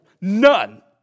None